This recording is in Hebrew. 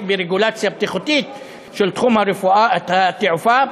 ברגולציה בטיחותית של תחום התעופה,